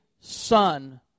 Son